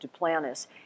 Duplantis